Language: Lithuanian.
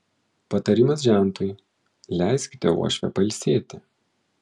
patarimas žentui leiskite uošvę pailsėti